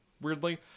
weirdly